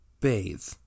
bathe